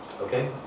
Okay